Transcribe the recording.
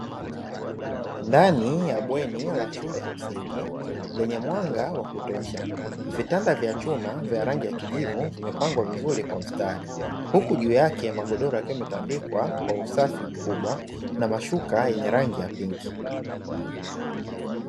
Ndani ya bweni la shule ya msingi lenye mwanga wa kutosha, vitanda vya chuma vya rangi ya kijivu vimepangwa vizuri kwa mistari. Huku juu yake magodoro yakiwa yametandikwa kwa usafi mkubwa na mashuka yenye rangi ya pinki.